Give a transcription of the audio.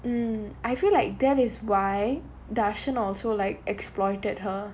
mm I feel like that is why tharshan also like exploited her